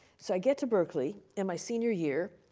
so, i get to berkeley, and my senior year,